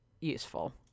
useful